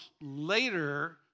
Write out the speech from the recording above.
later